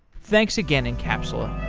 thanks again encapsula